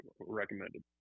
recommended